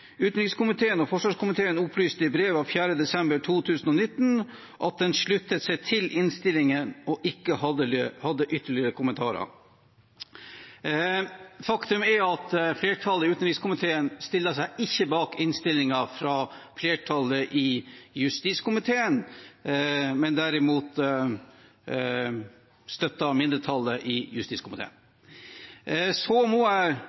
Utenriks- og forsvarskomiteen opplyste i brev av 4. desember 2019 at den sluttet seg til innstillingen og ikke hadde ytterligere kommentarer.» Faktum er at flertallet i utenrikskomiteen ikke stiller seg bak innstillingen fra flertallet i justiskomiteen, men støtter derimot mindretallet i justiskomiteen. Så må